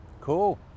Cool